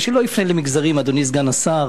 גם שלא יפנה למגזרים, אדוני סגן השר.